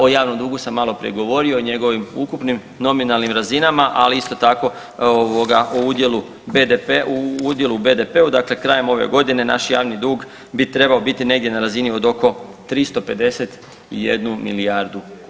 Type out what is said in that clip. O javnom dugu sam maloprije govorio, o njegovim ukupnim nominalnim razinama, ali isto tako ovoga o udjelu u BDP-u, dakle krajem ove godine naš javni dug bi trebao biti negdje na razini od oko 351 milijardu kuna.